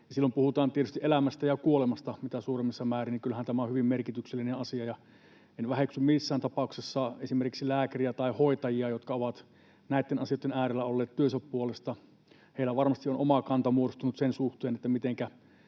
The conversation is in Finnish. silloin puhutaan tietysti elämästä ja kuolemasta mitä suurimmassa määrin, niin että kyllähän tämä on hyvin merkityksellinen asia. En väheksy missään tapauksessa esimerkiksi lääkäriä tai hoitajia, jotka ovat näitten asioitten äärellä olleet työnsä puolesta. Heillä varmasti on oma kanta muodostunut sen suhteen, mitenkä